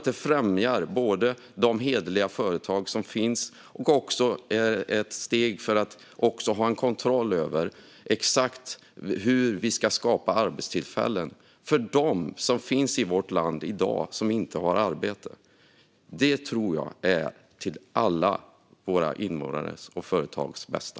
Det främjar hederliga företag och är ett steg framåt i att kontrollera hur arbetstillfällen skapas för dem som befinner sig i vårt land i dag och inte har arbete. Det är till alla invånares och företags bästa.